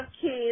kids